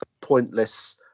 pointless